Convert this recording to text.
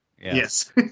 Yes